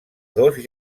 dos